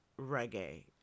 reggae